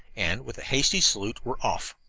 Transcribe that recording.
and, with a hasty salute, were off.